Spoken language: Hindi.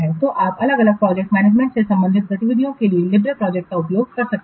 तो आप अलग अलग प्रोजेक्ट मैनेजमेंट से संबंधित गतिविधियों के लिए लिब्रे प्रोजेक्ट का उपयोग कर सकते हैं